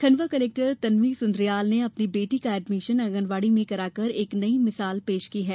Khandwa collector Tanvi Sundriyal ने अपनी बेटी का एडमीशन आगनवाडी में करा कर एक मिसाल पेश की है